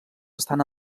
estan